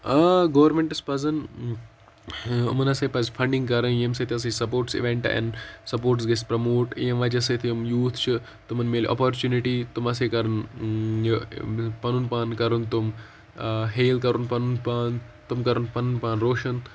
آ گورمٮ۪نٛٹَس پَزَن یِمَن ہَسا پَزِ فَنٛڈِنٛگ کَرٕنۍ ییٚمہِ سۭتۍ ٲسٕے سپوٹٕس اِوٮ۪نٛٹ اینٛڈ سپوٹٕس گژھِ پرٛموٹ ییٚمہِ وجہ سۭتۍ یِم یوٗتھ چھُ تِمَن مِلہِ آپورچُنِٹی تِم ہَسا کَرَن یہِ پَنُن پان کَرَن تِم ہیل کَرُن پَنُن پان تٕم کَرَن پَنُن پان روشَن